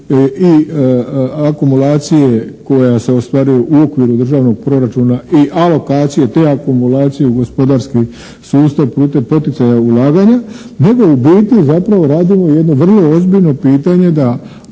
i akumulacije koja se ostvaruje u okviru državnog proračuna i alokacije, te akumulacije u gospodarski sustav putem poticaja ulaganja, nego u biti zapravo radimo jednu vrlo ozbiljno pitanje da